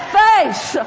face